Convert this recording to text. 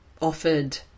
offered